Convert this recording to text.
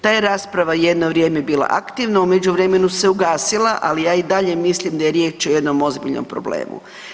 Ta je rasprava jedno vrijeme bila aktivna, u međuvremenu se ugasila ali ja i dalje mislim da je riječ o jednom ozbiljnom problemu.